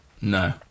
No